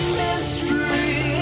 mystery